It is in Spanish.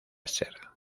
ser